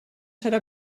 serà